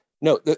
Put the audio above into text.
No